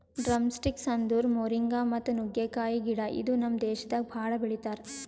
drumsticks ಅಂದುರ್ moringa ಮತ್ತ ನುಗ್ಗೆಕಾಯಿ ಗಿಡ ಇದು ನಮ್ ದೇಶದಾಗ್ ಭಾಳ ಬೆಳಿತಾರ್